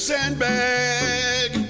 Sandbag